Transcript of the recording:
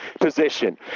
position